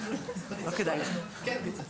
תודה.